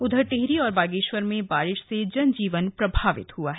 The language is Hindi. उधर टिहरी और बागेश्वर में बारिश से जनजीवन प्रभावित हुआ है